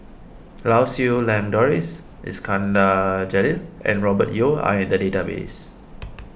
Lau Siew Lang Doris Iskandar Jalil and Robert Yeo are in the database